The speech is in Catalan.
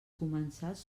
comensals